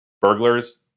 burglars